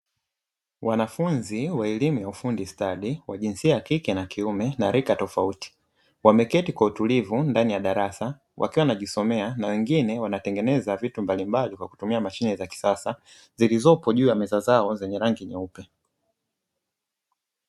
Wanafunzi wa elimu ya ufundi stadi; wa jinsia ya kike na kiume na rika tofauti, wameketi kwa utulivu ndani ya darasa, wakiwa wanajisomea na wengine wanatengeneza vitu mbalimbali kwa kutumia mashine za kisasa; zilizopo juu ya meza zao zenye rangi nyeupe.